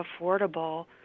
affordable